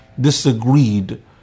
disagreed